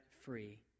free